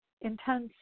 intense